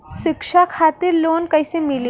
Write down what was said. शिक्षा खातिर लोन कैसे मिली?